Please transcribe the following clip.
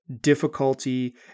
difficulty